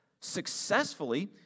successfully